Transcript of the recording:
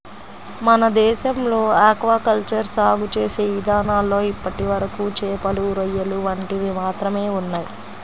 మన దేశంలో aquaculture సాగు చేసే ఇదానాల్లో ఇప్పటివరకు చేపలు, రొయ్యలు వంటివి మాత్రమే ఉన్నయ్